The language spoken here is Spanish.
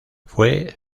fue